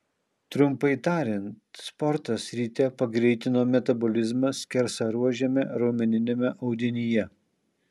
trumpai tariant sportas ryte pagreitino metabolizmą skersaruožiame raumeniniame audinyje